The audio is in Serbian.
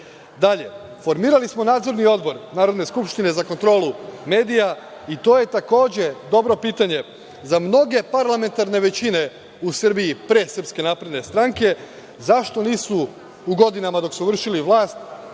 pravo. Dalje, formirali smo nadzorni odbor Narodne skupštine za kontrolu medija i to je takođe dobro pitanje za mnoge parlamentarne većine u Srbiji pre SNS zašto nisu u godinama dok su vršili vlast